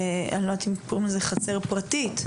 אני לא יודעת אם קוראים לזה חצר פרטית,